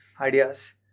ideas